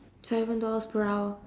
seven dollars per hour